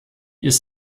ist